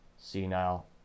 senile